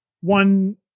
one